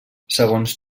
segons